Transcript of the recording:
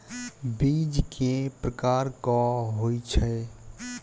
बीज केँ प्रकार कऽ होइ छै?